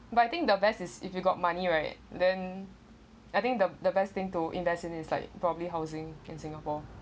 but I think the best is if you got money right then I think the the best thing to invest in is like probably housing in singapore